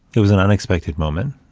it was an unexpected moment,